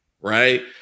right